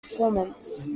performance